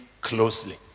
closely